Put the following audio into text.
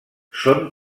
són